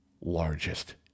largest